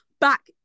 back